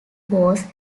was